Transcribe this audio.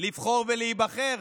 לבחור ולהיבחר.